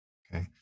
okay